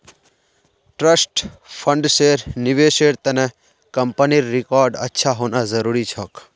trust फंड्सेर निवेशेर त न कंपनीर रिकॉर्ड अच्छा होना जरूरी छोक